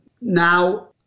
now